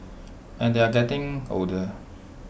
and they're getting older